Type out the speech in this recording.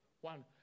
one